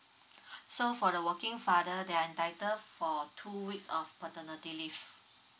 so for the working father they are entitled for two weeks of paternity leave